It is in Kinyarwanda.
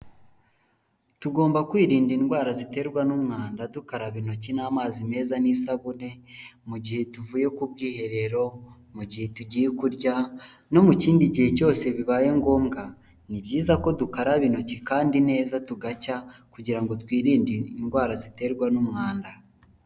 Tugomba kwirinda indwara ziterwa n'umwanda dukaraba intoki n'amazi meza n'isabune mu gihe tuvuye ku bwiherero, mu gihe tugiye kurya no mu kindi gihe cyose bibaye ngombwa ni byiza ko dukaraba intoki kandi neza tugacya kugira ngo twirinde indwara ziterwa n'umwanda.